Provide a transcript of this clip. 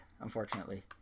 unfortunately